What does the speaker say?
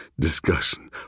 discussion